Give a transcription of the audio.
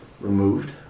removed